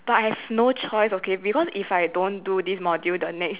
but I've no choice okay because if I don't do this module the next